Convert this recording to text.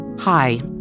Hi